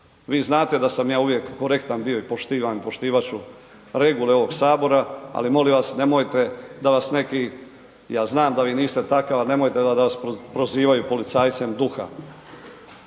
Vi znate da sam ja uvijek korektan bio i poštivam i poštovat ću regule ovog sabora, ali molim vas nemojte da vas neki, ja znam da vi niste takav, ali nemojte da vas prozivaju policajcem duha.